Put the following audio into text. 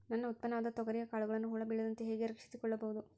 ನನ್ನ ಉತ್ಪನ್ನವಾದ ತೊಗರಿಯ ಕಾಳುಗಳನ್ನು ಹುಳ ಬೇಳದಂತೆ ಹೇಗೆ ರಕ್ಷಿಸಿಕೊಳ್ಳಬಹುದು?